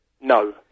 No